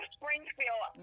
Springfield